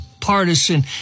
partisan